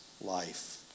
life